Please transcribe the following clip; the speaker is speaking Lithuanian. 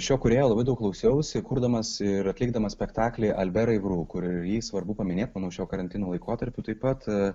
šio kūrėjo labai daug klausiausi kurdamas ir atlikdamas spektaklį alberai gru kurį svarbu paminėt manau šiuo karantino laikotarpiu taip pat